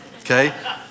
okay